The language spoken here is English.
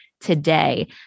today